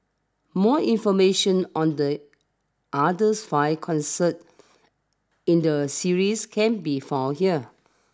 more information on the others five concerts in the series can be found here